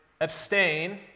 abstain